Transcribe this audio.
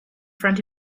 front